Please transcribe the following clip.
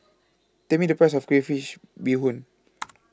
Tell Me The Price of Crayfish Beehoon